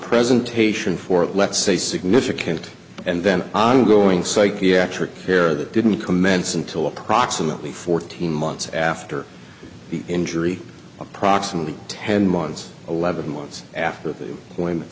presentation for let's say significant and then ongoing psychiatric care that didn't commence until approximately fourteen months after the injury approximately ten months eleven months after the